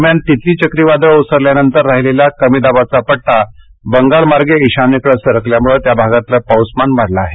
दरम्यान तितली चक्रीवादळ ओसरल्यानंतर राहिलेला कमीदाबाचा पट्टा बंगालमार्गे ईशान्येकडे सरकल्यामुळे त्या भागातलं पाऊसमान वाढलं आहे